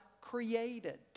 created